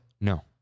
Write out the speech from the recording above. No